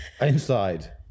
Inside